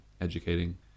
educating